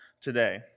today